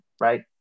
right